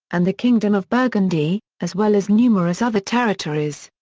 and the kingdom of burgundy, as well as numerous other territories.